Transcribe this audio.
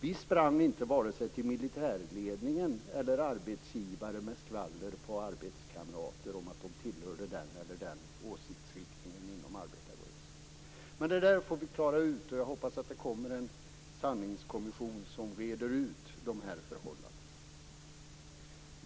Vi sprang inte till vare sig militärledningen eller arbetsgivare med skvaller på arbetskamrater om att de tillhörde den eller den åsiktsriktningen inom arbetarrörelsen. Men det får vi klara ut. Jag hoppas att det tillsätts en sanningskommission som reder ut förhållandena.